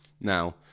Now